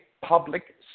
public